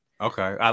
Okay